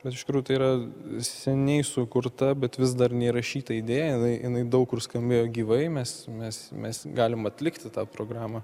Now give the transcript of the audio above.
bet iš tikrųjų tai yra seniai sukurta bet vis dar neįrašyta idėja jinai jinainai daug kur skambėjo gyvai mes mes mes galim atlikti tą programą